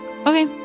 Okay